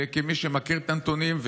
כמי שמכיר את הנתונים,